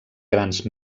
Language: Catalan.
grans